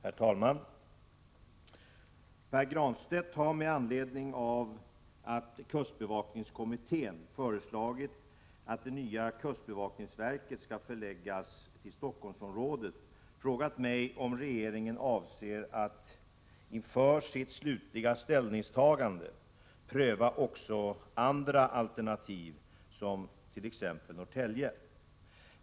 Herr talman! Pär Granstedt har med anledning av att kustbevakningskommittén föreslagit att det nya kustbevakningsverket skall förläggas till Stockholmsområdet frågat mig om regeringen avser att inför sitt slutliga ställningstagande pröva också andra alternativ som t.ex. Norrtälje.